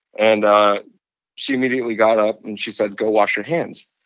and she immediately got up, and she said, go wash your hands.